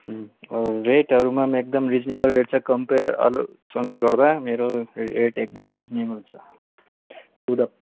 रेटहरूमा एकदम reasonable rate छ compare अरूसँग गर्दा मेरो रेट एकदम रिजनेबल छ पुरा